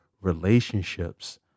relationships